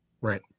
Right